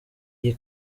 iyi